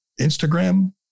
Instagram